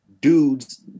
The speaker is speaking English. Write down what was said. dudes